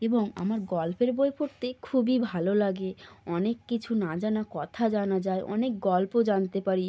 এবং আমার গল্পের বই পড়তে খুবই ভালো লাগে অনেক কিছু না জানা কথা জানা যায় অনেক গল্প জানতে পারি